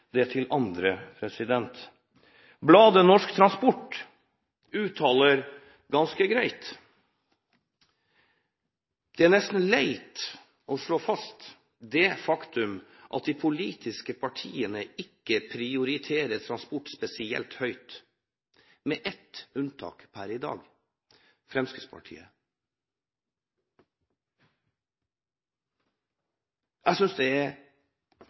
det til andre? Bladet Norsk Transport uttaler ganske greit: «Det er nesten leit å slå fast det faktum at de politiske partiene ikke prioriterer transport spesielt høyt, med ett unntak per i dag – FrP.» Jeg synes det er